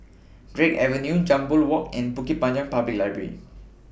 Drake Avenue Jambol Walk and Bukit Panjang Public Library